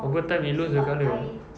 over time it lose the colour